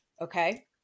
Okay